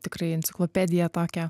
tikrai enciklopediją tokią